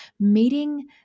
meeting